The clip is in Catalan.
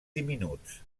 diminuts